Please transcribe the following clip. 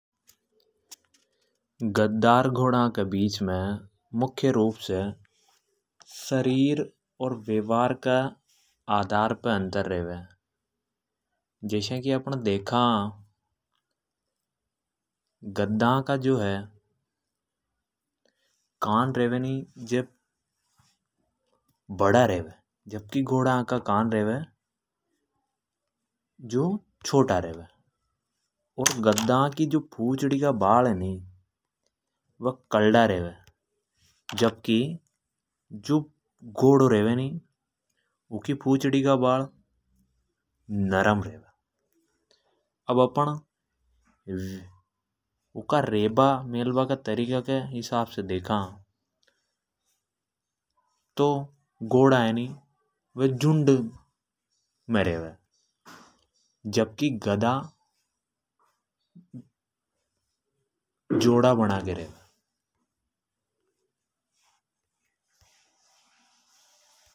गद्दा र घोड़ा के बीच मे मुख्य रूप से सरीर वेवार के आधार पे अंतर रेवे। जैश्या कि अपन देखा कि गद्दा का जो कान रेवे नि बड़ा रेवे पर जो घोड़ा का कान रेवे नि वे छोटा रेवे। और गद्दा की पूछडी का बाल रेवे नि जो कलडा रेवे। अर जो घोड़ो रेवे नि ऊँकि पूछडी का बाल नरम रेवे। अपण ऊँका रेबा मेलबा का तरीका का हिसाब से देखा तो घोड़ा है नि तो वे झुंड मे रेवे जबकि गद्दा जोड़ा बणा के रेवे।